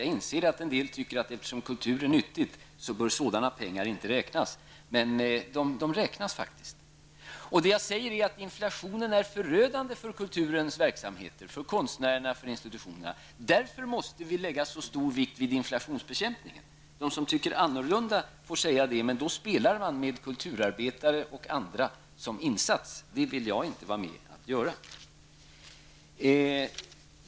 Jag inser att en del tycker att sådana pengar inte bör räknas, eftersom kulturen är någonting som är nyttigt. Men de pengarna räknas faktiskt. Jag menar att inflationen är förödande för kulturens verksamheter, för konstnärerna och för institutionerna. Därför måste vi fästa mycket stor vikt vid inflationsbekämpningen. Den som tycker annorlunda får göra det. Men då måste man vara medveten om att det blir ett spel med t.ex. kulturarbetarna som insats, och det är någonting som jag inte vill vara med på.